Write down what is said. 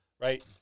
Right